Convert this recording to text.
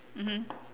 mmhmm